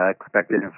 expected